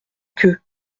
que